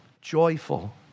joyful